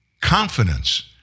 Confidence